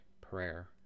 prayer